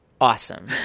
awesome